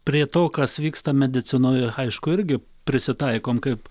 prie to kas vyksta medicinoje aišku irgi prisitaikom kaip